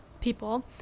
people